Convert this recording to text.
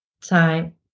time